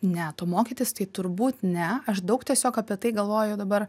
ne tu mokytis tai turbūt ne aš daug tiesiog apie tai galvoju dabar